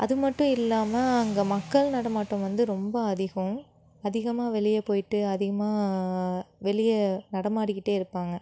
அது மட்டும் இல்லாமல் அங்கே மக்கள் நடமாட்டம் வந்து ரொம்ப அதிகம் அதிகமாக வெளியே போயிட்டு அதிகமாக வெளியே நடமாடிக்கிட்டே இருப்பாங்க